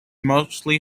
mostly